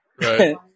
Right